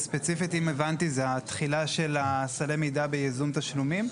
ואם הבנתי נכון תחילת סלי המידע בייזום תשלומים.